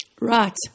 Right